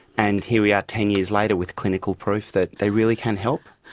and here we are ten years later with clinical proof that they really can help.